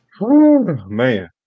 man